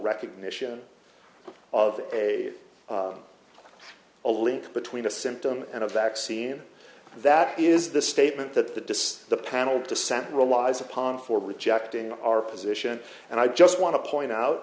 recognition of a a link between a symptom and a vaccine that is the statement that the deceased the panel dissent relies upon for rejecting our position and i just want to point